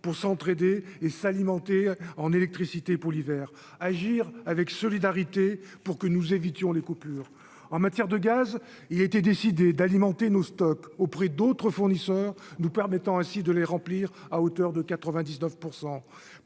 pour s'entraider et s'alimenter en électricité pour l'hiver, agir avec solidarité pour que nous évitions les coupures en matière de gaz, il a été décidé d'alimenter nos stocks auprès d'autres fournisseurs, nous permettant ainsi de les remplir à hauteur de 99